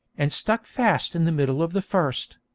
and stuck fast in the middle of the first.